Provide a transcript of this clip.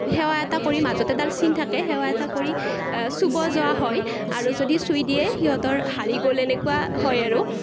সেৱা এটা কৰি মাজত এডাল চিন থাকে সেৱা এটা কৰি চুব যোৱা হয় আৰু যদি চুই দিয়ে সিহঁতৰ হাৰি গ'ল এনেকুৱা হয় আৰু